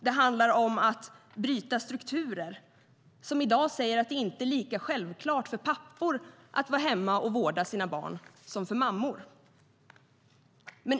Det handlar om att bryta strukturer som i dag säger att det inte är lika självklart för pappor att vårda sina barn som för mammor.